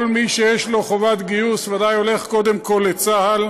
כל מי שיש לו חובת גיוס ודאי הולך קודם כול לצה"ל,